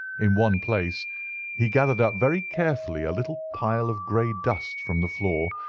in one place he gathered up very carefully a little pile of grey dust from the floor,